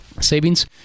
savings